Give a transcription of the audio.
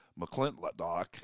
McClintock